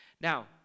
Now